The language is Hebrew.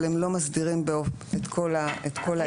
אבל הם לא מסדירים את כל ההיקף,